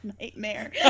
nightmare